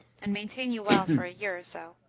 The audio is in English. and maintain you well for a year or so,